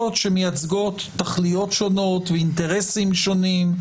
שמייצגות תכליות שונות ואינטרסים שונים,